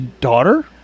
daughter